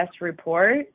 report